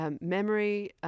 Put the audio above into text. memory –